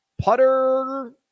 putter